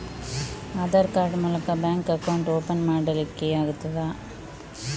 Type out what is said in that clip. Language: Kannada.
ಆಧಾರ್ ಕಾರ್ಡ್ ಮೂಲಕ ಬ್ಯಾಂಕ್ ಅಕೌಂಟ್ ಓಪನ್ ಮಾಡಲಿಕ್ಕೆ ಆಗುತಾ?